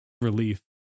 relief